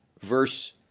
Verse